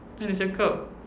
dia ada cakap